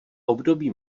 období